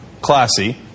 Classy